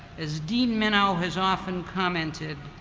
as dean minow has often commented,